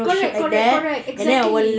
correct correct correct exactly